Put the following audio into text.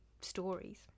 stories